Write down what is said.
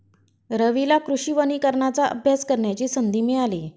रवीला कृषी वनीकरणाचा अभ्यास करण्याची संधी मिळाली